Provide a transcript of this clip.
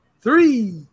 three